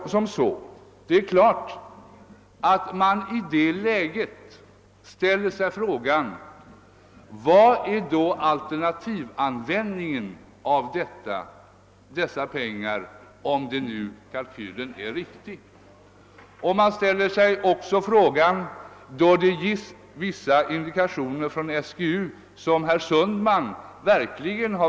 Det är klart att man i detta läge ställde sig frågan: Vilken är alternativanvändningen av dessa pengar under förutsättning att kalkylen är riktig? Man frågade sig också om den föreslagna platsen för gruvan var den riktiga.